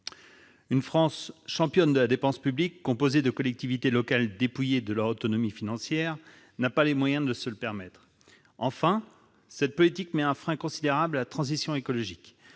Une France championne de la dépense publique, composée de collectivités locales dépouillées de leur autonomie financière, n'a pas les moyens de se le permettre. Enfin, cette politique met un frein considérable à la transition écologique.